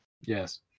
Yes